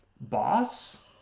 boss